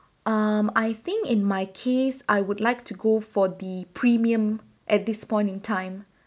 um I think in my case I would like to go for the premium at this point in time